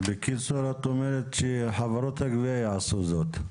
אז בקיצור, את אומרת שחברות הגבייה יעשו זאת.